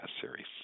series